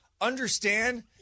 understand